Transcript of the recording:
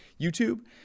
YouTube